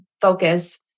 focus